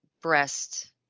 breast